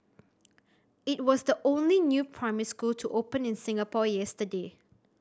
it was the only new primary school to open in Singapore yesterday